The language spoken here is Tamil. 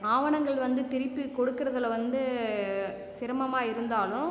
ஆவணங்கள் வந்து திருப்பி கொடுக்கறதில் வந்து சிரமமாக இருந்தாலும்